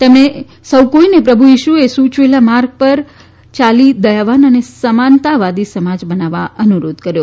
તેમણે સૌ કોઈને પ્રભુ ઇશુએ સૂચવેલા માર્ગ પર આવી દયાવાન અને સમાનતાવાદી સમાજ બનાવવા અનુરોધ કર્યો